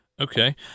Okay